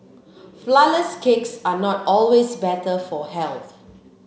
flour less cakes are not always better for health